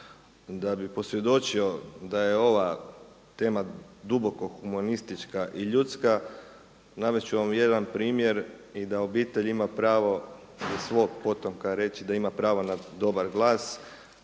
Da bi posvjedočio da je ova tema duboko humanistička i ljudska, navest ću vam jedan primjer i da obitelj ima pravo iza svog potomka reći da ima pravo na dobar glas,